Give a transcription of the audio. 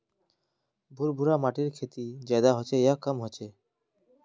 भुर भुरा माटिर खेती ज्यादा होचे या कम होचए?